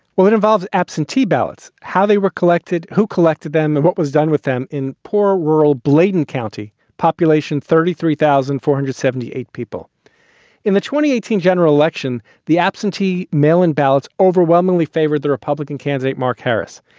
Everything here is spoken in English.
well, it involves absentee ballots, how they were collected, who collected them and what was done with them. in poor rural blaydon county population, thirty three thousand, thousand, four hundred and seventy eight people in the twenty eighteen general election. the absentee mail in ballots overwhelmingly favored the republican candidate, mark harris.